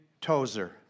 Tozer